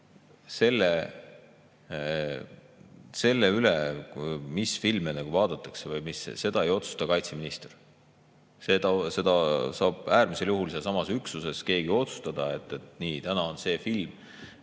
seda, mis filme vaadatakse, ei otsusta kaitseminister. Seda saab äärmisel juhul sealsamas üksuses keegi otsustada, et nii, täna on see film.